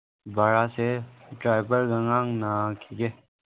ꯚꯔꯥꯁꯦ ꯗ꯭ꯔꯥꯏꯚꯔꯗ ꯉꯥꯡꯅꯈꯤꯒꯦ